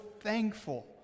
thankful